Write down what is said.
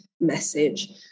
message